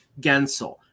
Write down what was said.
Gensel